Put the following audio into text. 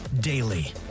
daily